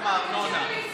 טלי, תמשיכי לצרוח.